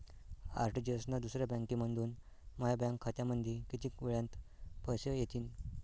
RTGS न दुसऱ्या बँकेमंधून माया बँक खात्यामंधी कितीक वेळातं पैसे येतीनं?